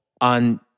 on